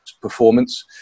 performance